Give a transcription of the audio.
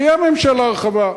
תהיה ממשלה רחבה,